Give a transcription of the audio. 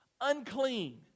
unclean